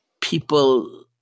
people